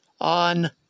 on